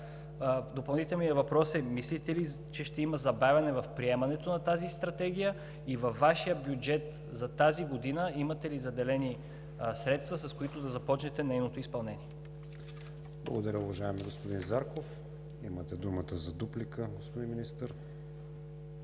Допълнителният ми въпрос е: мислите ли, че ще има забавяне в приемането на тази стратегия? Във Вашия бюджет за тази година имате ли заделени средства, с които да започнете нейното изпълнение? ПРЕДСЕДАТЕЛ КРИСТИАН ВИГЕНИН: Благодаря, уважаеми господин Зарков. Имате думата за дуплика, господин Министър.